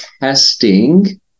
testing